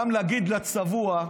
גם להגיד לצבוע,